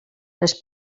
les